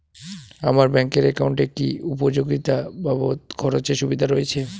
আমার ব্যাংক এর একাউন্টে কি উপযোগিতা বাবদ খরচের সুবিধা রয়েছে?